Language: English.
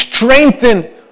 Strengthen